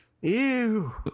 ew